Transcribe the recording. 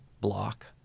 block